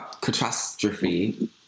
catastrophe